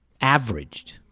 averaged